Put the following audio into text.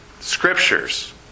Scriptures